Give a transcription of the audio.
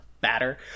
batter